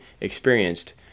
experienced